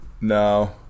No